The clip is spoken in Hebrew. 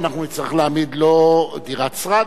אנחנו נצטרך להעמיד לו דירת שרד.